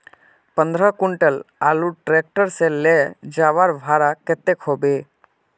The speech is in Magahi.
पंद्रह कुंटल आलूर ट्रैक्टर से ले जवार भाड़ा कतेक होबे?